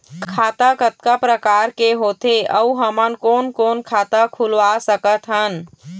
खाता कतका प्रकार के होथे अऊ हमन कोन कोन खाता खुलवा सकत हन?